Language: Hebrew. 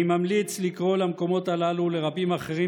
אני ממליץ לקרוא למקומות הללו ולרבים אחרים